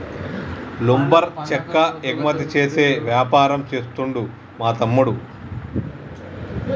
lumber చెక్క ఎగుమతి చేసే వ్యాపారం చేస్తుండు మా తమ్ముడు